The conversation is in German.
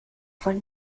wollen